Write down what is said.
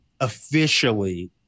officially